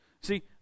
See